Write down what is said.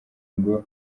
ngo